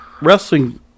wrestling